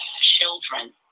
children